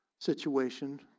situation